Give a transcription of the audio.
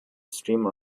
streamer